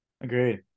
Agreed